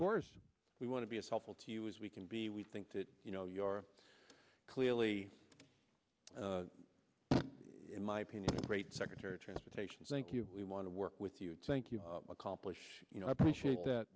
course we want to be as helpful to you as we can be we think that you know you are clearly in my opinion a great secretary of transportation thank you we want to work with you thank you accomplish you know i appreciate that